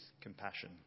compassion